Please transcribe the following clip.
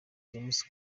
james